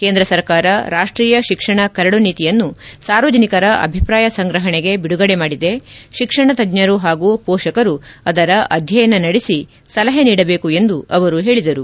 ಕೇಂದ್ರ ಸರ್ಕಾರ ರಾಷ್ಷೀಯ ಶಿಕ್ಷಣ ಕರಡುನೀತಿಯನ್ನು ಸಾರ್ವಜನಿಕರ ಅಭಿಪ್ರಾಯ ಸಂಗ್ರಪಣೆಗೆ ಬಿಡುಗಡೆ ಮಾಡಿದೆ ಶಿಕ್ಷಣ ತಜ್ಞರು ಹಾಗೂ ಪೋಷಕರು ಅದರ ಅಧ್ಯಯನ ನಡೆಸಿ ಸಲಹೆ ನೀಡಬೇಕು ಎಂದು ಅವರು ಹೇಳಿದರು